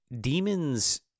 demons